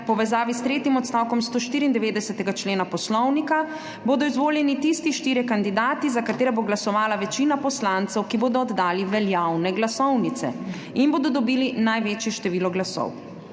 povezavi s tretjim odstavkom 194. člena Poslovnika bodo izvoljeni tisti štirje kandidati, za katere bo glasovala večina poslancev, ki bodo oddali veljavne glasovnice, in bodo dobili največje število glasov.